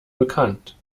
bekannt